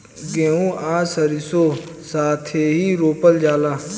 गेंहू आ सरीसों साथेही रोपल जाला